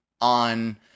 on